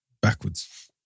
Backwards